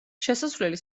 შესასვლელი